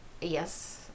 yes